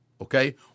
okay